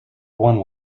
one